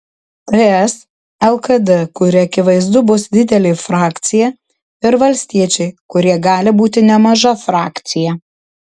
ts lkd kuri akivaizdu bus didelė frakcija ir valstiečiai kurie gali būti nemaža frakcija